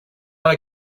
want